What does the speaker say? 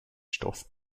stoff